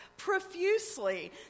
profusely